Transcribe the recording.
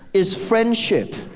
is friendship.